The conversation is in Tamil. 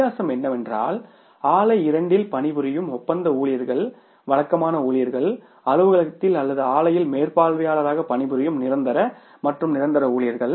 வித்தியாசம் என்னவென்றால் ஆலை இரண்டில் பணிபுரியும் ஒப்பந்த ஊழியர்கள் வழக்கமான ஊழியர்கள் அலுவலகத்தில் அல்லது ஆலையில் மேற்பார்வையாளராக பணிபுரியும் நிரந்தர மற்றும் நிரந்தர ஊழியர்கள்